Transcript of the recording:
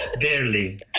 Barely